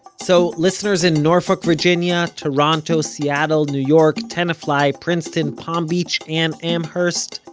so listeners in norfolk, virginia toronto, seattle, new york, tenafly, princeton, palm beach and amherst,